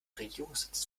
regierungssitz